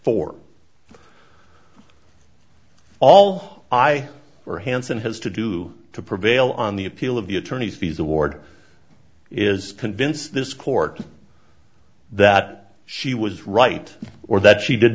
for all i or hansen has to do to prevail on the appeal of the attorneys fees award is convince this court that she was right or that she did